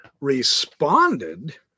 responded